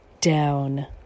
down